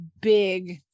big